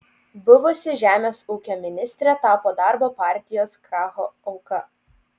buvusi žemės ūkio ministrė tapo darbo partijos kracho auka